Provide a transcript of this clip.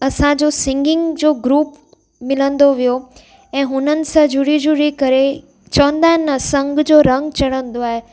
असांजो सिंगिंग जो ग्रूप मिलंदो वियो ऐं हुननि सां जुड़ी जुड़ी करे चवंदा आहिनि न संग जो रंग चढ़ंदो आहे